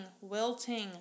wilting